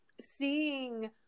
seeing